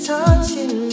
Touching